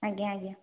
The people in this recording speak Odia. ଆଜ୍ଞା ଆଜ୍ଞା